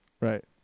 Right